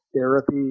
therapy